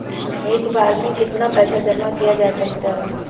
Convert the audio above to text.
एक बार में कितना पैसा जमा किया जा सकता है?